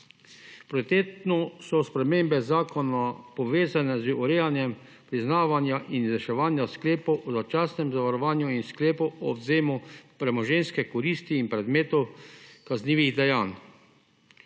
Prioritetno so spremembe zakona povezane z urejanjem priznavanja in reševanja s sklepom o začasnem zavarovanju in sklepom o odvzemu premoženjske koristi in predmetov kaznivih dejanj.